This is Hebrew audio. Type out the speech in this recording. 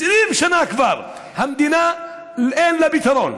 20 שנה כבר ולמדינה אין פתרון.